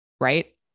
right